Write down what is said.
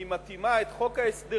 והיא מתאימה את חוק ההסדרים